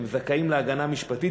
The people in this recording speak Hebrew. זכאים להגנה משפטית,